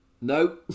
no